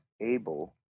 able